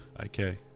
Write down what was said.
Okay